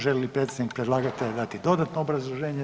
Želi li predstavnik predlagatelja dati dodatno obrazloženje?